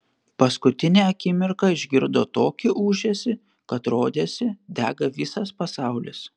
paskutinę akimirką išgirdo tokį ūžesį kad rodėsi dega visas pasaulis